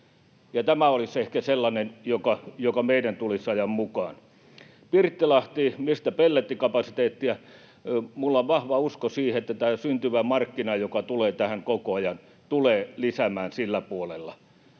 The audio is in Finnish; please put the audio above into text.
Tämä olisi ehkä sellainen, joka meidän tulisi ajaa mukaan. Pirttilahti kysyi, mistä pellettikapasiteettia. Minulla on vahva usko siihen, että tämä syntyvä markkina, jota tulee tähän koko ajan, tulee lisääntymään sillä puolella.